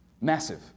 massive